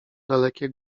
dalekie